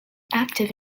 active